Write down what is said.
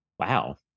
wow